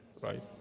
right